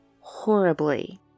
horribly